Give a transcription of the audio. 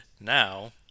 now